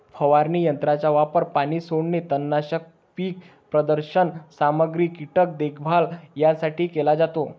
फवारणी यंत्राचा वापर पाणी सोडणे, तणनाशक, पीक प्रदर्शन सामग्री, कीटक देखभाल यासाठी केला जातो